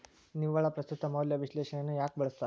ನಿವ್ವಳ ಪ್ರಸ್ತುತ ಮೌಲ್ಯ ವಿಶ್ಲೇಷಣೆಯನ್ನ ಯಾಕ ಬಳಸ್ತಾರ